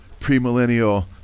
premillennial